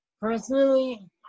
personally